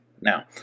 Now